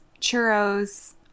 churros